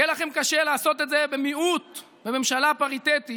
יהיה לכם קשה לעשות את זה כמיעוט בממשלה פריטטית